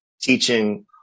teaching